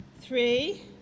three